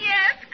Yes